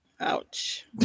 Ouch